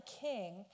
king